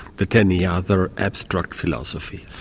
that any other abstract philosophy.